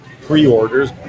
pre-orders